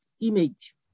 image